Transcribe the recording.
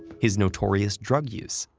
his notorious drug use,